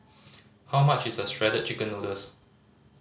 how much is Shredded Chicken Noodles